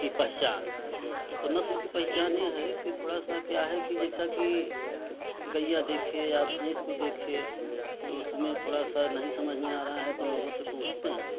कि पहचान तो नस्ल की पहचान यह है कि थोड़ा सा क्या है कि जैसा कि गईया देखे या भैंस को देखे तो उसमें थोड़ा सा नहीं समझ में आ रहा हैं तो लोगों से पूछते हैं